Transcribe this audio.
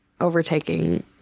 overtaking